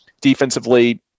defensively